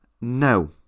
No